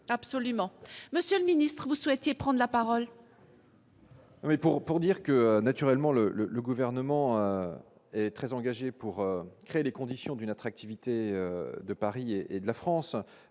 Absolument, monsieur le ministre, vous souhaitiez prendre la parole. Oui pour pour dire que naturellement le le gouvernement est très engagé pour créer les conditions d'une attractivité de Paris et de la France,